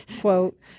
quote